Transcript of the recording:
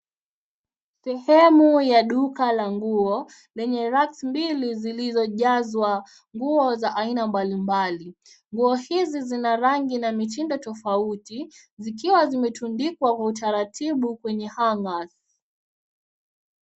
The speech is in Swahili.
Sehemu ya duka la nguo lenye Racks mbili zilizojazwa nguo za aina mbalimbali. Nguo hizi zina rangi na mitindo tofauti zikiwa zimetundikwa kwa utaratibu kwenye hangers .